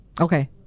Okay